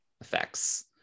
effects